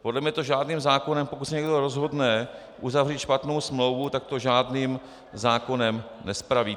Podle mě to žádným zákonem, pokud se někdo rozhodne uzavřít špatnou smlouvu, tak to žádným zákonem nespravíte.